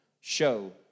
show